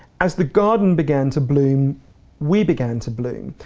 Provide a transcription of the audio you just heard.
as the garden began to bloom we began to bloom.